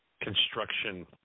construction